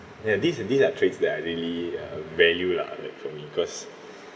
ya these are these are traits that I really uh value lah like for me because